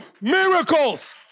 miracles